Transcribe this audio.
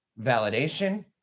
validation